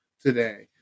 today